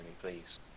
please